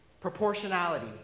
Proportionality